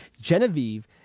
genevieve